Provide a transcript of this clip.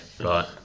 right